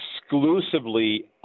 exclusively